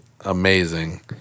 amazing